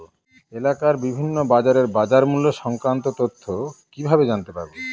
এলাকার বিভিন্ন বাজারের বাজারমূল্য সংক্রান্ত তথ্য কিভাবে জানতে পারব?